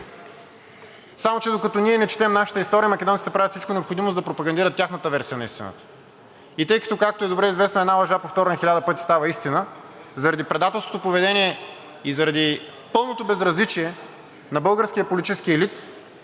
Само че, докато ние не четем нашата история, македонците правят всичко необходимо, за да пропагандират тяхната версия на истината. И тъй като, както е добре известно, една лъжа, повторена хиляда пъти, става истина, заради предателското поведение и заради пълното безразличие на българския политически елит